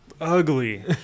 ugly